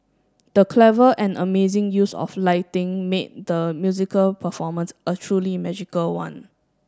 the clever and amazing use of lighting made the musical performance a truly magical one